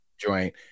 joint